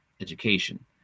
education